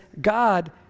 God